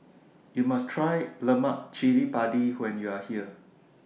YOU must Try Lemak Cili Padi when YOU Are here